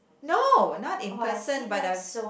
no not in person but I've s~